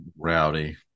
rowdy